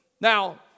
Now